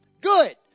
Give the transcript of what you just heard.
good